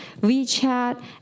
WeChat